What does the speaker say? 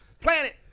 planet